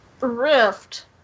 rift